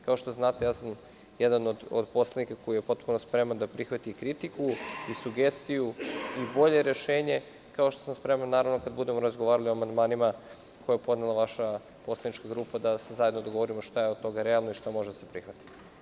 Kao što znate, ja sam jedan od poslanika koji je potpuno spreman da prihvati kritiku i sugestiju i bolje rešenje, kao što sam spreman, kada budemo razgovarali o amandmanima koje je podnela vaša poslanička grupa, da se zajedno dogovorimo šta je od toga realno i šta može da se prihvati.